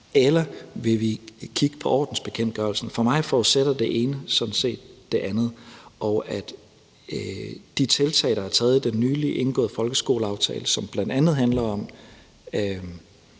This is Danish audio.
eller om vi vil kigge på ordensbekendtgørelsen. For mig forudsætter det ene sådan set det andet, og de tiltag, der er taget i den nylig indgåede folkeskoleaftale, som bl.a. handler om